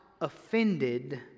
offended